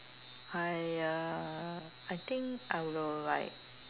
I uh I think I will like